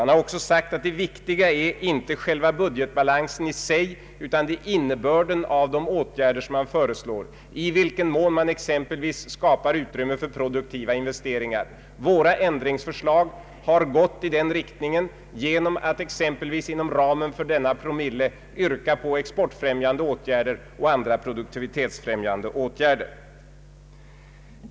Man har också sagt att det viktiga är inte själva budgetbalansen i sig, utan det är innebörden av de åtgärder man föreslår, i vilken mån man exempelvis skapar utrymme för produktiva investeringar. Våra ändringsförslag har gått i den riktningen genom att exempelvis inom ramen för denna promille yrka på exportfrämjande och andra produktivitetsfrämjande åtgärder.